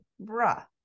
bruh